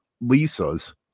Lisa's